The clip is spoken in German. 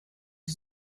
sie